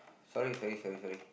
sorry sorry sorry sorry